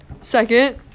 Second